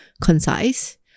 concise